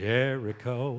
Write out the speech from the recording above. Jericho